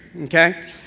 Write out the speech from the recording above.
okay